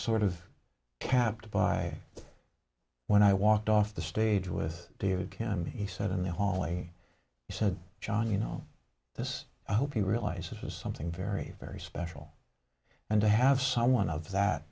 of kept by when i walked off the stage with david kim he said in the hallway he said john you know this i hope you realize it was something very very special and to have someone of that